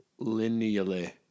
linearly